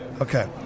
Okay